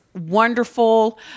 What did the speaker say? wonderful